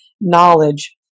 knowledge